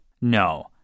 No